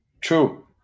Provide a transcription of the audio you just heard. True